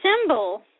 symbol